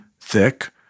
thick